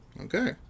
Okay